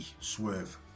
swerve